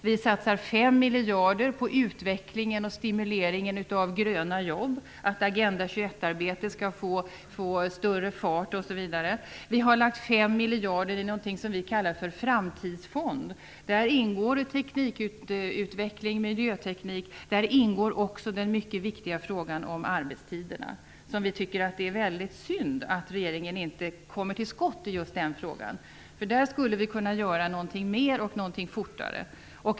Vi satsar 5 miljarder på utveckling och stimulering av gröna jobb och på att Agenda 21-arbetet skall få större fart, osv. Vi har lagt 5 miljarder i någonting som vi kallar för framtidsfond. Där ingår teknikutveckling och miljöteknik. Där ingår också den mycket viktiga frågan om arbetstiderna. Vi tycker att det är väldigt synd att regeringen inte kommer till skott i just den frågan. Där skulle vi kunna göra någonting mer och någonting fortare.